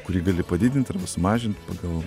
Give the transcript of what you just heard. kurį gali padidint arba sumažint pagal